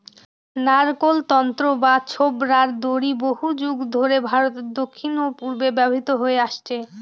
নারকোল তন্তু বা ছোবড়ার দড়ি বহুযুগ ধরে ভারতের দক্ষিণ ও পূর্বে ব্যবহৃত হয়ে আসছে